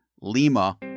Lima